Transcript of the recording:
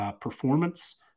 performance